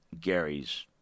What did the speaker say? Gary's